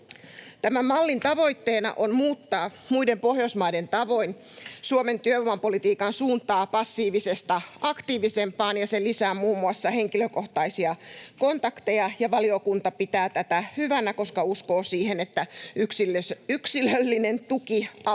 Tämän mallin tavoitteena on muuttaa muiden Pohjoismaiden tavoin Suomen työvoimapolitiikan suuntaa passiivisesta aktiivisempaan, ja se lisää muun muassa henkilökohtaisia kontakteja. Valiokunta pitää tätä hyvänä, koska uskoo siihen, että yksilöllinen tuki auttaa